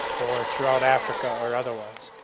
or throughout africa or otherwise.